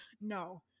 No